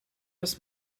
das